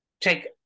take